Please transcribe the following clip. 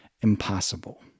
impossible